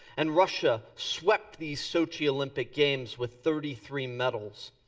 and russia swept the sochi olympic games with thirty three medals.